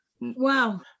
Wow